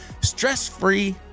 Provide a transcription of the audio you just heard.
stress-free